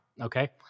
Okay